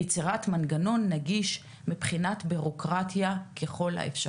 ויצירת מנגנון נגיש לבחינת בירוקרטיה ככל האפשר.